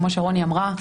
כמו שרוני אמרה,